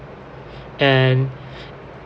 and